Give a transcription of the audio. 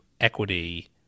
equity